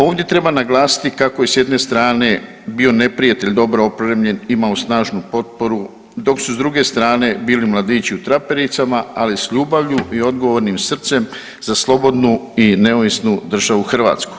Ovdje treba naglasiti kako je s jedne strane bio neprijatelj dobro opremljen, imao snažnu potporu dok su s druge strane bili mladići u trapericama, ali s ljubavlju i odgovornim srcem za slobodnu i neovisnu državu Hrvatsku.